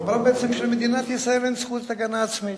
אמרה בעצם שלמדינת ישראל אין זכות הגנה עצמית.